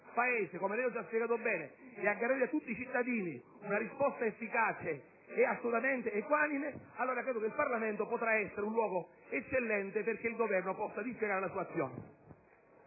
Paese, come lei ha già spiegato bene, e per assicurare a tutti i cittadini una risposta efficace e assolutamente equanime, allora credo che il Parlamento potrà essere un luogo eccellente in cui confrontarsi perché il Governo possa dispiegare la sua azione.